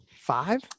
five